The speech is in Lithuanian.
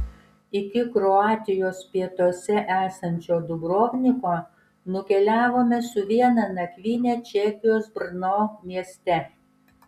iki kroatijos pietuose esančio dubrovniko nukeliavome su viena nakvyne čekijos brno mieste